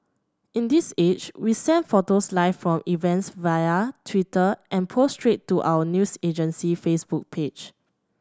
in this age we send photos live from events via Twitter and post straight to our news agency Facebook page